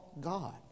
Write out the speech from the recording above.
God